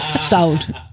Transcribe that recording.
Sold